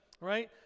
right